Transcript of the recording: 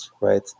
right